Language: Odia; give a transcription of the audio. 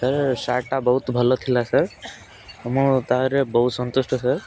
ସାର୍ ସାର୍ଟଟା ବହୁତ ଭଲ ଥିଲା ସାର୍ ମୁଁ ତାର ବହୁତ ସନ୍ତୁଷ୍ଟ ସାର୍